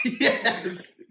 Yes